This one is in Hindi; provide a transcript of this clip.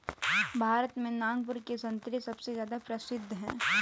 भारत में नागपुर के संतरे सबसे ज्यादा प्रसिद्ध हैं